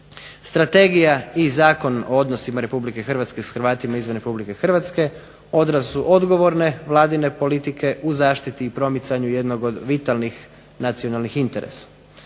Strategija i Zakon o odnosima RH s Hrvatima izvan RH odraz su odgovorne Vladine politike u zaštiti i promicanju jednog od vitalnih nacionalnih interesa.